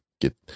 get